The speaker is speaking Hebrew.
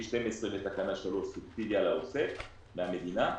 12 בתקנה 3 סובסידיה לעוסק מהמדינה,